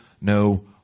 no